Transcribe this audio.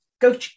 Go